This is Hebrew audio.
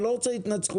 אני לא רוצה התנצחות.